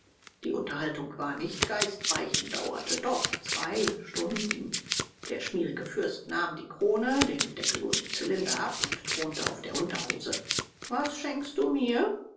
die unterhaltung war nicht geistreich und dauerte doch zwei stunden der schmierige fürst nahm die krone den deckellosen zylinder ab und thronte auf der unterhose was schenkst du mir